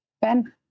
Ben